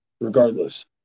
Regardless